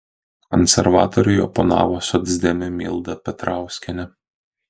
konservatoriui oponavo socdemė milda petrauskienė